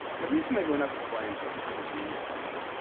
and the reason they went up in flames was because of these things.